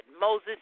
Moses